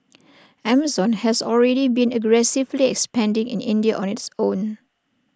Amazon has already been aggressively expanding in India on its own